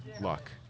luck